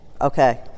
okay